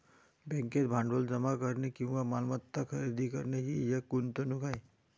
बँकेत भांडवल जमा करणे किंवा मालमत्ता खरेदी करणे ही एक गुंतवणूक आहे